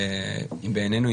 בעינינו,